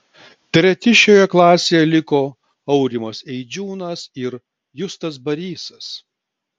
treti šioje klasėje liko aurimas eidžiūnas ir justas barysas